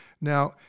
Now